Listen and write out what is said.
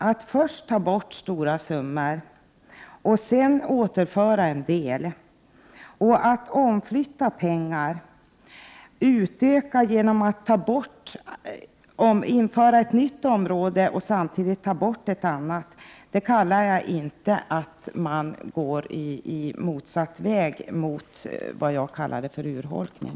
Att först ta bort stora summor och sedan återföra en del, att flytta om pengar, att utöka genom att införa ett nytt område och samtidigt ta bort ett annat, det tycker jag inte är att gå motsatt väg mot vad jag kallade för urholkning.